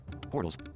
Portals